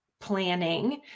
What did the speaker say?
planning